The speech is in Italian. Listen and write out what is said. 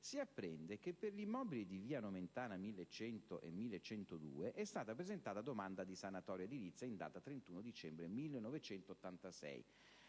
si apprende che per l'immobile di via Nomentana 1100-1102 è stata presentata domanda di sanatoria edilizia in data 31 dicembre 1986,